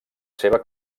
seva